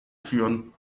führen